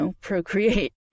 procreate